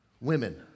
Women